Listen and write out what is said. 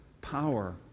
power